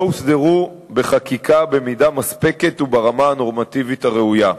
הוסדרו בחקיקה במידה מספקת וברמה הנורמטיבית הראויה.